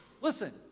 Listen